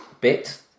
bit